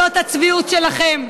זאת הצביעות שלכם,